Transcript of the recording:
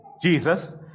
Jesus